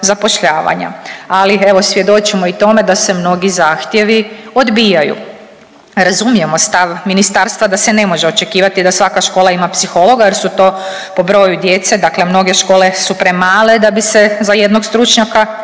zapošljavanja. Ali evo svjedočimo i tome da se mnogi zahtjevi odbijaju. Razumijemo stav ministarstva da se ne može očekivati da svaka škola ima psihologa jer su to po broju djece dakle mnoge škole su premale da bi se za jednog stručnjaka